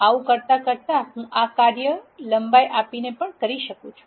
આવું કરવા કરતા હું આ કાર્ય લંબાઇ આપીને પણ કરી શકુ છું